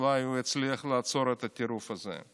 אולי הוא יצליח לעצור את הטירוף הזה.